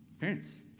parents